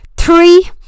Three